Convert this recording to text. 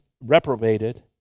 reprobated